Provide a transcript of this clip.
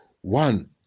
one